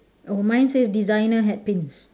oh mine says designer hat pins